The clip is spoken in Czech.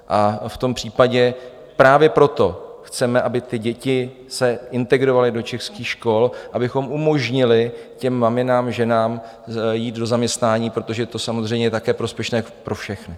A v tom případě právě proto chceme, aby ty děti se integrovaly do českých škol, abychom umožnili těm maminkám, ženám jít do zaměstnání, protože to je samozřejmě také prospěšné pro všechny.